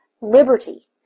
liberty